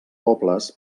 pobles